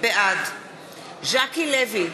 בעד ז'קי לוי,